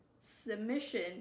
submission